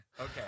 Okay